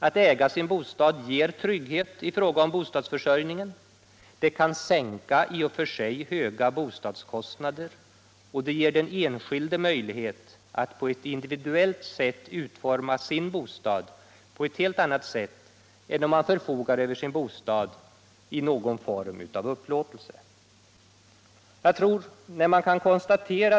Att äga sin bostad skänker trygghet i fråga om bostadsförsörjningen, det kan sänka i och för sig höga bostadskostnader och det ger den enskilde möjlighet att individuellt utforma sin bostad på ett helt annat vis än om man förfogar över bostaden i någon form av upplåtelse.